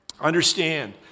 Understand